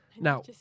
Now